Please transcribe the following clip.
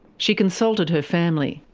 she consulted her family.